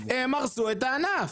הם הרסו את הענף.